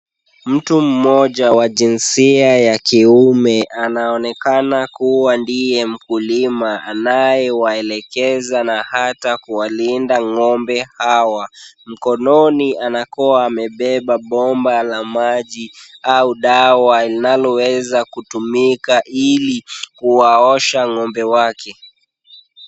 Mtu mmoja wa jinsia ya kiume anaonekana kuwa ndiye mkulima anayewaelekeza na hata kuwalinda ng'ombe hawa. Mkononi anakuwa amebeba bomba la maji au dawa linaloweza kutumika ili kuwaosha ng'ombe wake.